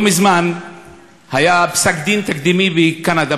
לא מזמן היה פסק-דין תקדימי בקנדה,